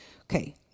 okay